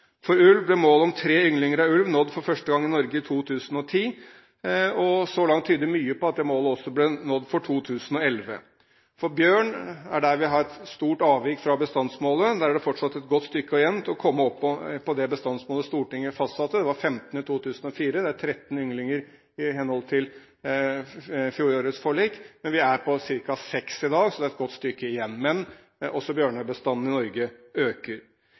For ulv ble målet om tre ynglinger nådd for første gang i Norge i 2010, og så langt tyder mye på at det målet også ble nådd for 2011. For bjørn har vi et stort avvik fra bestandsmålet. Der er det fortsatt et godt stykke igjen for å komme opp på det bestandsmålet Stortinget fastsatte. Det var 15 i 2004. Det er 13 ynglinger i henhold til fjorårets forlik. Vi er på ca. seks i dag, så det er et godt stykke igjen. Men også bjørnebestanden i Norge øker.